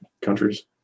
countries